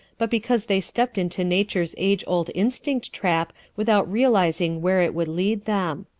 but because they stepped into nature's age-old instinct trap without realizing where it would lead them.